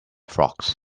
frocks